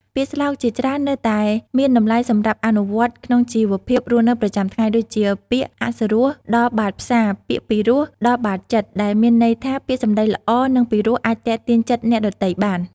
ពាក្យស្លោកជាច្រើននៅតែមានតម្លៃសម្រាប់អនុវត្តក្នុងជីវភាពរស់នៅប្រចាំថ្ងៃ ដូចជា "ពាក្យអសុរស ដល់បាតផ្សារ ពាក្យពីរោះ ដល់បាតចិត្ត" ដែលមានន័យថា ពាក្យសម្តីល្អ និងពីរោះអាចទាក់ទាញចិត្តអ្នកដទៃបាន។